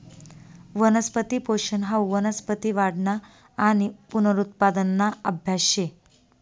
वनस्पती पोषन हाऊ वनस्पती वाढना आणि पुनरुत्पादना आभ्यास शे